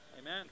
Amen